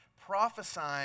prophesying